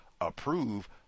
approve